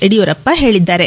ಯಡಿಯೂರಪ್ಪ ಹೇಳಿದ್ದಾರೆ